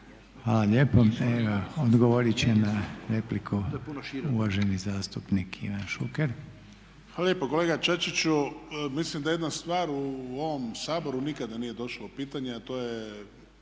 Hvala lijepo. Odgovorit će na repliku uvaženi zastupnik Ivan Šuker. **Šuker, Ivan (HDZ)** Hvala lijepa. Kolega Čačiću, mislim da je jedna stvar u ovom Saboru nikada nije došlo u pitanje, a to je